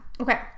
okay